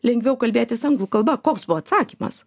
lengviau kalbėtis anglų kalba koks buvo atsakymas